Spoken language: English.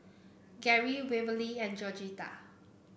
Geary Waverly and Georgetta